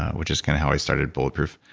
which is kind of how i started bulletproof.